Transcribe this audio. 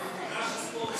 "ממגרש הספורט".